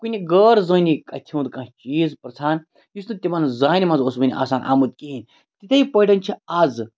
کُنہِ غٲر زٲنی کَتھ ہُنٛد کانٛہہ چیٖز پِرٛژھان یُس نہٕ تِمَن زانہِ مَنٛز اوس وٕنہِ آسان آمُت کِہیٖنۍ تِتھے پٲٹھۍ چھِ اَز